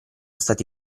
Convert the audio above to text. stati